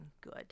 good